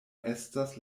estas